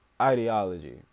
ideology